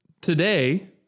today